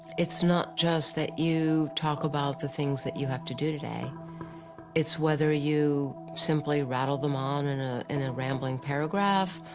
it's not just that you talk about the things that you have to do it's whether you simply rattle them on in a, in a rambling paragraph,